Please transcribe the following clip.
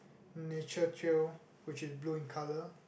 nature trail which is blue in colour